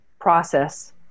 process